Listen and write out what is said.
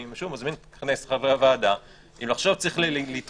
ואני מזמין את חברי הוועדה אם עכשיו צריך לתחום